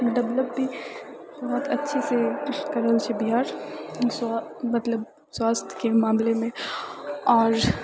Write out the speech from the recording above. develop भी बहुत अच्छे से कए रहल छै बिहार मतलब स्वस्थके मामलेमे आओर